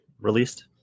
released